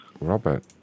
Robert